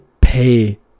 pay